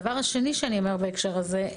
הדבר השני שאני רוצה לומר בהקשר הזה.